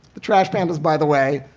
the trash pandas, by the way.